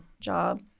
job